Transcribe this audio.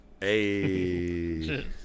hey